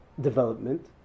development